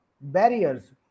barriers